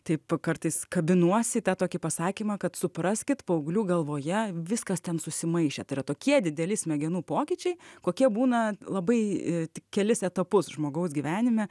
taip kartais kabinuosi į tą tokį pasakymą kad supraskit paauglių galvoje viskas ten susimaišė tai yra tokie dideli smegenų pokyčiai kokie būna labai tik kelis etapus žmogaus gyvenime